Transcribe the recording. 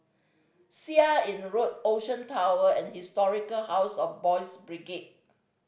Seah Im Road Ocean Tower and Historic House of Boys' Brigade